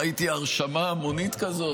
ראיתי הרשמה המונית כזאת,